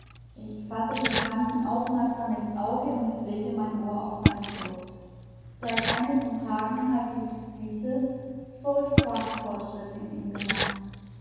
ich fasse den kranken aufmerksam in's auge und lege mein ohr auf seine brust seit einigen tagen hat die phthisis furchtbare fortschritte in ihm gemacht